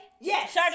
Yes